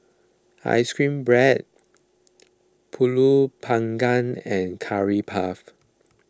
Ice Cream Bread Pulut Panggang and Curry Puff